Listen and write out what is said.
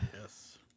Yes